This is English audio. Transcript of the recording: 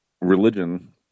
religion